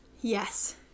Yes